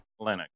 Linux